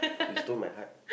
you stole my heart